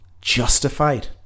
justified